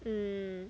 mm